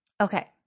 Okay